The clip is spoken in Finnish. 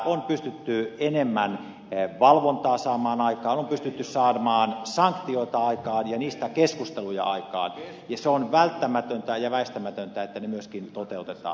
on pystytty enemmän valvontaa saamaan aikaan on pystytty saamaan sanktioita aikaan ja niistä keskusteluja aikaan ja on välttämätöntä ja väistämätöntä että ne myöskin toteutetaan